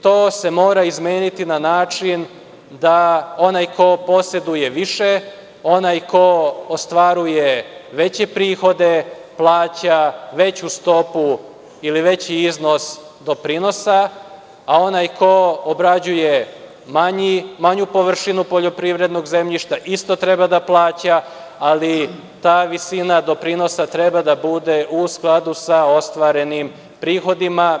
To se mora izmeniti na način da onaj ko poseduje više, onaj ko ostvaruje veće prihode plaća veću stopu, ili veći iznos doprinosa, a onaj ko obrađuje manju površinu poljoprivrednog zemljišta isto treba da plaća, ali ta visina doprinosa treba da bude u skladu sa ostvarenim prihodima.